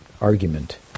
argument